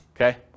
Okay